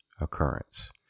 occurrence